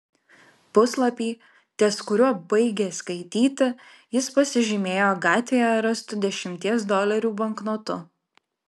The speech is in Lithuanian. puslapį ties kuriuo baigė skaityti jis pasižymėjo gatvėje rastu dešimties dolerių banknotu